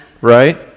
Right